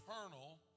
eternal